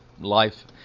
life